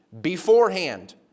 beforehand